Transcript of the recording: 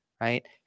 right